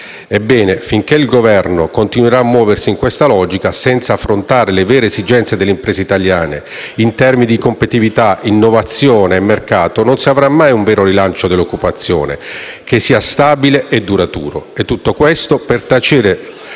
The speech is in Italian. Ebbene, finché il Governo continuerà a muoversi in questa logica, senza affrontare le vere esigenze delle imprese italiane, in termini di competitività, innovazione e mercato, non si avrà mai un vero rilancio dell'occupazione, che sia stabile e duraturo.